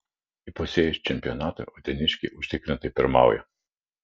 įpusėjus čempionatui uteniškiai užtikrintai pirmauja